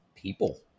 people